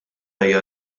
hija